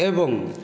ଏବଂ